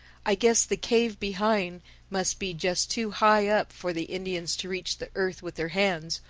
i guess the cave behind must be just too high up for the indians to reach the earth with their hands,